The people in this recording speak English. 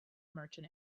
merchant